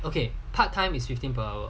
okay part time is fifteen per hour